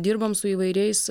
dirbam su įvairiais